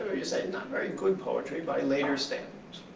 you say, not very good poetry by later standards.